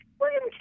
William